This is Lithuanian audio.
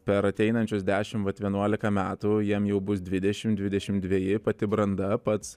per ateinančius dešimt vienuolika metų jiem jau bus dvidešimt dvidešimt dveji pati branda pats